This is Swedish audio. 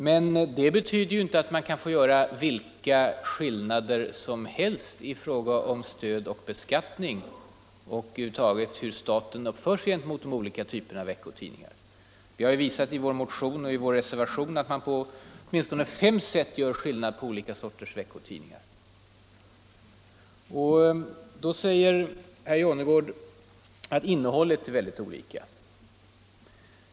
Men det betyder inte att vilka skillnader som helst kan få förekomma i fråga om stöd och beskattning. Vi har i vår motion och i reservationen visat att man på åtminstone fem sätt gör skillnad på olika sorters veckotidningar. Då säger herr Jonnergård att ”innehållet” är väldigt olika.